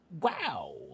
wow